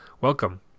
welcome